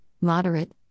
moderate